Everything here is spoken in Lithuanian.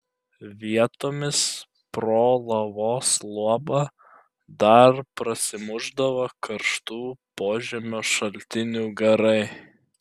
vietomis pro lavos luobą dar prasimušdavo karštų požemio šaltinių garai